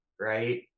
right